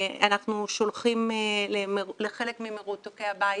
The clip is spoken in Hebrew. אנחנו שולחים לחלק ממרותקי הבית